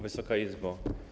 Wysoka Izbo!